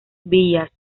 village